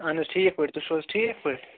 اَہَن حظ ٹھیٖک پٲٹھۍ تُہۍ چھُو حظ ٹھیٖک پٲٹھۍ